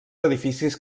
edificis